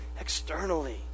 externally